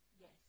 yes